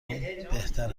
بهتر